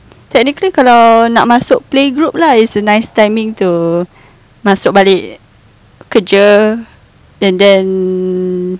technically kalau nak masuk playgroup lah it's a nice timing to masuk balik kerja and then